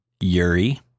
yuri